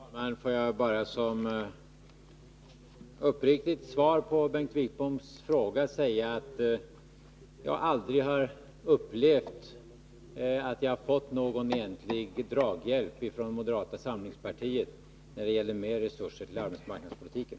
Herr talman! Får jag bara som ett uppriktigt svar på Bengt Wittboms fråga säga att jag aldrig har upplevt att jag har fått någon egentlig draghjälp från moderata samlingspartiet när det gällt mer resurser till arbetsmarknadspolitiken.